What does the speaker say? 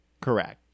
correct